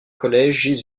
collèges